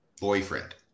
boyfriend